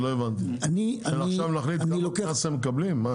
לא הבנתי, עכשיו נחליט כמה הם בעצם מקבלים?